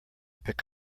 pick